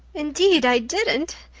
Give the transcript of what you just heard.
indeed i didn't,